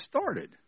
started